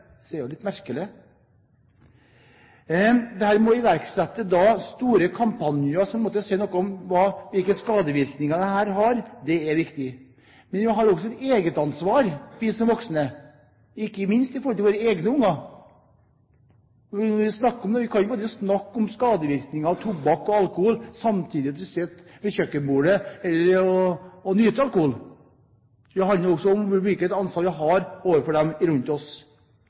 det jo litt merkelig. Å iverksette store kampanjer som sier noe om hvilke skadevirkninger dette gir, er viktig. Men vi som voksne har også et eget ansvar, ikke minst overfor våre egne unger. Vi kan ikke snakke om skadevirkninger av tobakk og alkohol samtidig som vi sitter ved kjøkkenbordet og nyter alkohol. Det handler også om hvilket ansvar vi har overfor dem rundt oss.